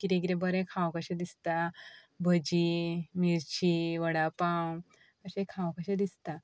कितें कितें बरें खाव कशें दिसता भजी मिर्ची वडा पाव अशें खाव कशें दिसता